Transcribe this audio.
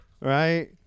Right